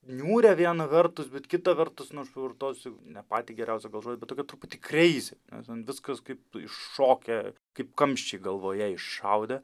niūrią viena vertus bet kita vertus nu aš pavartosiu ne patį geriausią gal žodį bet tokia truputį kreizi ten viskas kaip iššokę kaip kamščiai galvoje išaudę